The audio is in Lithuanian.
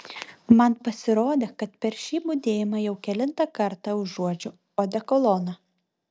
man pasirodė kad per šį budėjimą jau kelintą kartą užuodžiu odekoloną